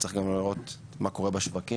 צריך גם לראות מה קורה בשווקים.